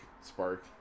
Spark